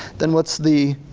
then what's the